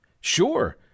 Sure